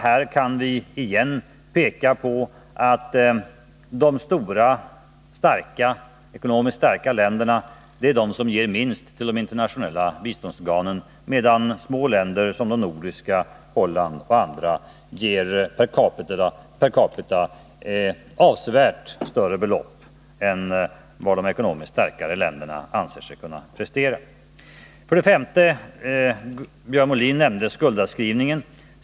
Här kan vi åter peka på att de stora, ekonomiskt starka länderna är de som ger minst till de internationella biståndsorganen, medan små länder — de nordiska, Holland och andra — ger per capita avsevärt större belopp än vad de ekonomiskt starkare länderna anser sig kunna prestera. För det femte: Björn Molin nämnde skuldavskrivningar.